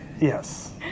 yes